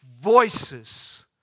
voices